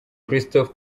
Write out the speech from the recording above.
christophe